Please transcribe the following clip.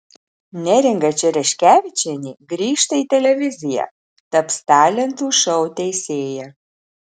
neringa čereškevičienė grįžta į televiziją taps talentų šou teisėja